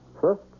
First